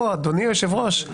אדוני היושב-ראש,